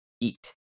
Eat